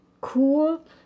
cool